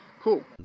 Cool